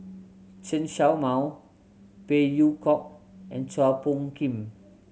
Chen Show Mao Phey Yew Kok and Chua Phung Kim